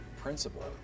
Principle